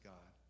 God